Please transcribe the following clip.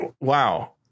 Wow